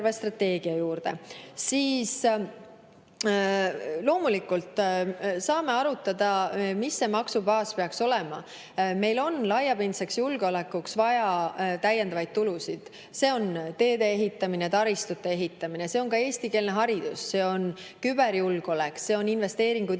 siis loomulikult saame arutada, mis see maksubaas peaks olema. Meil on laiapindseks julgeolekuks vaja täiendavat tulu. Teede ehitamine, taristu ehitamine, ka eestikeelne haridus, küberjulgeolek, investeeringud